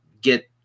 get